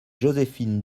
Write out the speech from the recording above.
joséphine